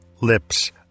lips